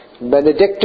Benedictus